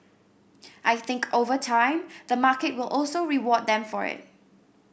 I think over time the market will also reward them for it